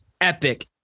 epic